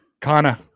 Kana